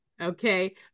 okay